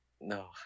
No